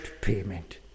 payment